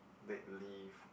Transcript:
dead lift